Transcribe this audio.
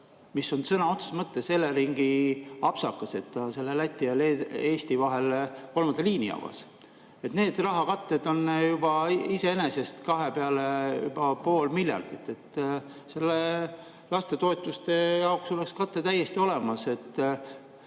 see on sõna otseses mõttes Eleringi apsakas, et ta Läti ja Eesti vahel selle kolmanda liini avas. Need rahakatted on juba iseenesest kahe peale pool miljardit. Nii et lastetoetuste jaoks oleks kate täiesti olemas.